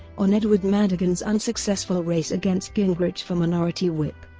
on edward madigan's unsuccessful race against gingrich for minority whip.